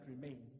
remains